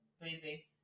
Baby